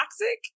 toxic